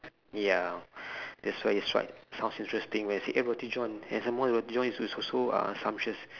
ya that's why is right sounds interesting when you say eh roti john and some more roti john is also uh scrumptious